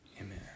Amen